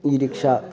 E rickshaw